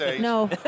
No